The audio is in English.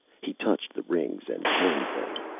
he touched the rings and turned them.